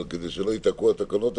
אבל כדי שלא ייתקעו התקנות,